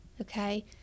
Okay